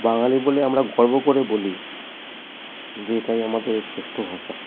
বাঙালি বলে আমরা গর্ব করে বলি যে এটাই আমাদের শ্রেষ্ঠ ভাষা